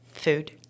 Food